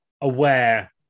aware